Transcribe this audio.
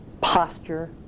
posture